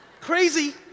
Crazy